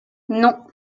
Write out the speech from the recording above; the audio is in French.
non